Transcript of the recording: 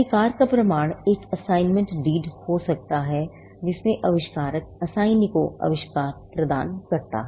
अधिकार का प्रमाण एक असाइनमेंट डीड हो सकता है जिसमें आविष्कारक assignee को आविष्कार प्रदान करता है